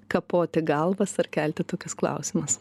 kapoti galvas ar kelti tokius klausimus